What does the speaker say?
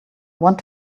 want